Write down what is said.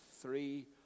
three